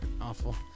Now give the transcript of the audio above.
awful